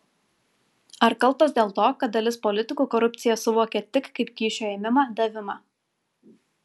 ar kaltos dėl to kad dalis politikų korupciją suvokia tik kaip kyšio ėmimą davimą